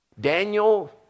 Daniel